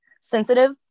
sensitive